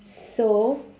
so